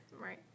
Right